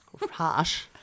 Harsh